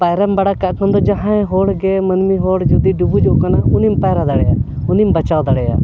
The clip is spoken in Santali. ᱯᱟᱭᱨᱟᱢ ᱵᱟᱲᱟ ᱠᱟᱜ ᱠᱷᱟᱱ ᱫᱚ ᱡᱟᱦᱟᱸᱭ ᱦᱚᱲ ᱜᱮ ᱢᱟᱹᱱᱢᱤ ᱦᱚᱲ ᱡᱩᱫᱤ ᱰᱩᱵᱩᱡᱚᱜ ᱠᱟᱱᱟ ᱩᱱᱤᱢ ᱯᱟᱭᱨᱟ ᱫᱟᱲᱮᱭᱟᱜᱼᱟ ᱩᱱᱤᱢ ᱵᱟᱪᱟᱣ ᱫᱟᱲᱮᱭᱟᱜᱼᱟ